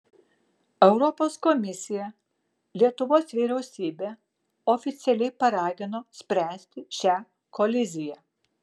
europos komisija lietuvos vyriausybę oficialiai paragino spręsti šią koliziją